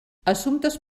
assumptes